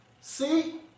see